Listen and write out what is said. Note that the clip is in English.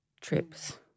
trips –